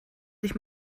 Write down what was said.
sich